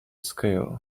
scale